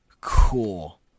cool